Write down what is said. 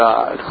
God